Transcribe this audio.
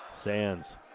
Sands